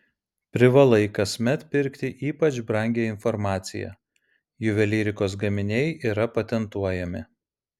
privalai kasmet pirkti ypač brangią informaciją juvelyrikos gaminiai yra patentuojami